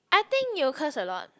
I think you curse a lot